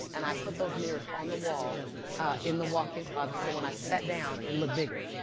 and i put those mirrors on the wall in the walk-in closet. so when i sat down, it looked bigger.